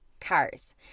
cars